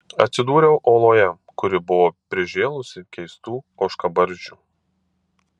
atsidūriau oloje kuri buvo prižėlusi keistų ožkabarzdžių